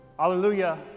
Hallelujah